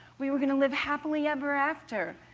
we were going to live happily ever after!